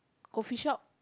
coffeeshop